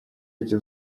эти